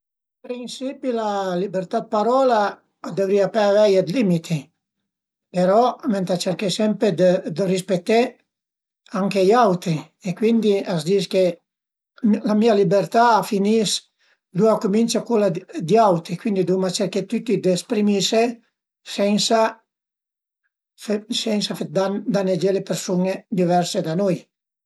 Ën prinsippi la libertà dë parola a dëvrìa pa avei d'limiti, però venta cerché sempre dë rispeté anche i auti e cuindi a s'dis che la mia libertà a finis ëndua a cumincia cula di auti, cuindi duvuma cerché tüti d'esprimise sense fe dan, danegé le persun-e diverse da nui